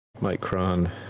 Micron